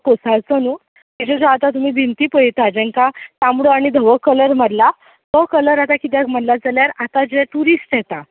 तो कोसळचो न्हय तेजो आतां तुमी भिंती पळयता जेंकां तांबडो आनी धवो कलर मारला तो कलर आतां किद्याक मारला जाल्यार आतां जें ट्युरिस्ट येता